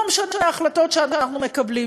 לא משנה ההחלטות שאנחנו מקבלים,